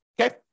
Okay